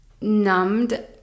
numbed